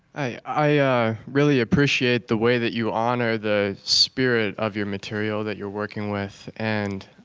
i i ah really appreciate the way that you honor the spirit of your material that you're working with. and